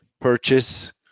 purchase